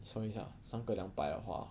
你算一下三个两百的话